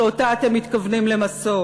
שאותה אתם מתכוונים למסות,